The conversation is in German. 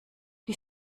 die